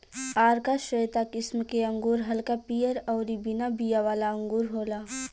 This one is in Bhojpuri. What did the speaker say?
आरका श्वेता किस्म के अंगूर हल्का पियर अउरी बिना बिया वाला अंगूर होला